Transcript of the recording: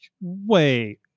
Wait